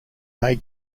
may